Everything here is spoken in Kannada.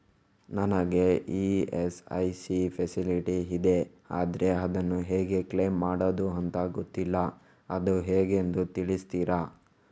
ನನಗೆ ಇ.ಎಸ್.ಐ.ಸಿ ಫೆಸಿಲಿಟಿ ಇದೆ ಆದ್ರೆ ಅದನ್ನು ಹೇಗೆ ಕ್ಲೇಮ್ ಮಾಡೋದು ಅಂತ ಗೊತ್ತಿಲ್ಲ ಅದು ಹೇಗೆಂದು ತಿಳಿಸ್ತೀರಾ?